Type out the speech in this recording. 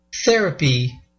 therapy